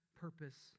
purpose